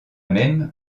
même